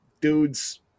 Dudes